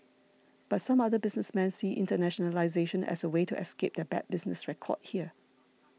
but some other businessmen see internationalisation as a way to escape their bad business record here